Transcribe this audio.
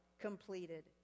completed